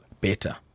better